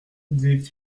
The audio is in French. des